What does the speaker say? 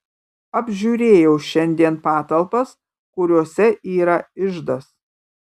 apžiūrėjau šiandien patalpas kuriose yra iždas